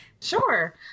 Sure